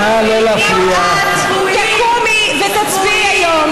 אם את תקומי ותצביעי היום,